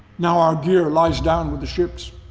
now our gear lies down with the ships.